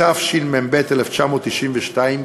התשמ"ב 1982,